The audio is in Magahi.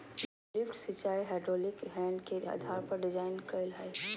लिफ्ट सिंचाई हैद्रोलिक हेड के आधार पर डिजाइन कइल हइ